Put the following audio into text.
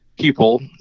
people